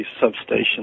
substation